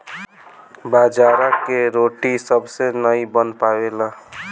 बाजरा के रोटी सबसे नाई बन पावेला